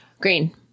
Green